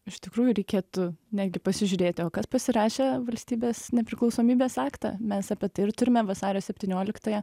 iš tikrųjų reikėtų netgi pasižiūrėti o kas pasirašė valstybės nepriklausomybės aktą mes apie tai ir turime vasario septynioliktąją